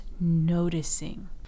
noticing